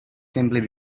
simply